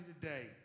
today